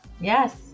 yes